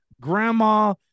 grandma